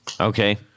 Okay